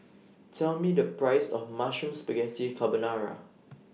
Tell Me The Price of Mushroom Spaghetti Carbonara